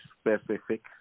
specific